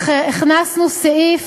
סעיף